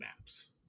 maps